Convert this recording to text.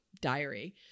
diary